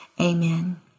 Amen